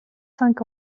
cinq